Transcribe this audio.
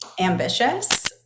ambitious